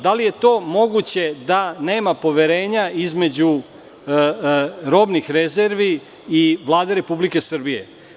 Da li je to moguće da nema poverenja između robnih rezervi i Vlade Republike Srbije?